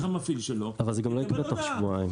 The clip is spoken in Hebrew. המפעיל שלו --- זה לא יקרה תוך שבועיים.